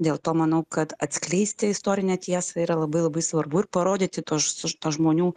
dėl to manau kad atskleisti istorinę tiesą yra labai labai svarbu ir parodyti tuos žmonių